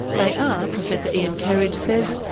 they are, professor ian kerridge says,